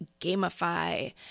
gamify